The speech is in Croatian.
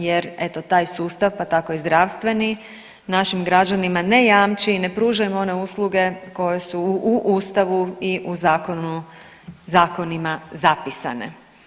Jer eto taj sustav, pa tako i zdravstveni našim građanima ne jamči i ne pruža im one usluge koje su u Ustavu i u zakonima zapisane.